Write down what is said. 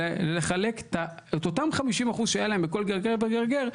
ולחלק את אותם 50 אחוזים שהיה להם בכל גרגיר וגרגיר,